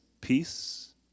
peace